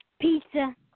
Pizza